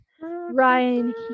Ryan